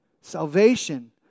Salvation